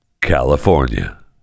California